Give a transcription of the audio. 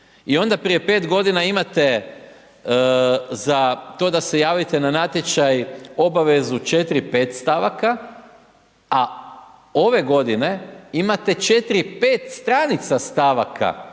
I onda prije 5 godina imate za to da se javite na natječaj, obavezu 4, 5 stavaka, a ove godine imate 4 i 5 stranica stavaka